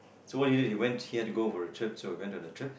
so what he did he went he had to go on a work so he went on a check